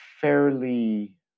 fairly